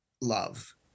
love